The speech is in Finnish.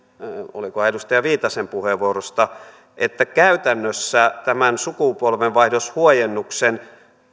oliko edustaja viitasen puheenvuorosta että käytännössä tämän sukupolvenvaihdoshuojennuksen